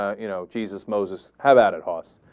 ah you know jesus, moses have at it haws.